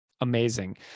Amazing